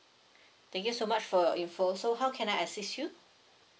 thank you so much for your info so how can I assist you